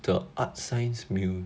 the artscience mu~